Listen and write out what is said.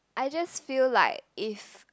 I just feel like if